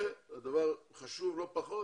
דבר חשוב לא פחות